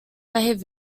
behavior